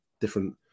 different